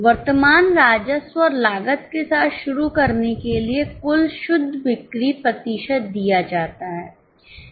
वर्तमान राजस्व और लागत के साथ शुरू करने के लिए कुल शुद्ध बिक्री प्रतिशत दिया जाता है